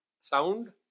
Sound